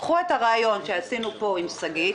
קחו את הרעיון שעשינו פה עם שגית,